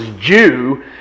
Jew